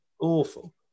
Awful